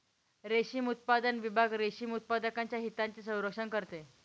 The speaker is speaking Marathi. रेशीम उत्पादन विभाग रेशीम उत्पादकांच्या हितांचे संरक्षण करते